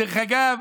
דרך אגב,